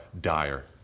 dire